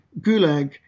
Gulag